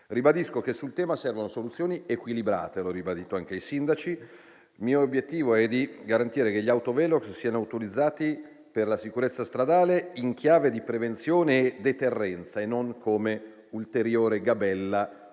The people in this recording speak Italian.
Ribadisco che sul tema servono soluzioni equilibrate, e l'ho ribadito anche ai sindaci. Il mio obiettivo è garantire che gli autovelox siano autorizzati per la sicurezza stradale in chiave di prevenzione e deterrenza e non come ulteriore gabella